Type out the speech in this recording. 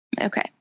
Okay